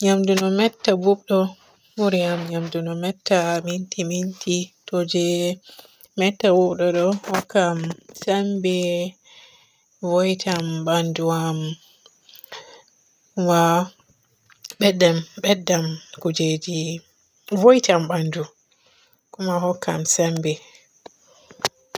Yandu no metta bubɗo buri am nyamdu no metta minti minti. To je metta bubɗo ɗo hokkan sembe, wo'itan banɗo am kuma beddan beddan kuieji wo'itan banɗo kuma hokkan sembe